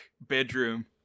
bedroom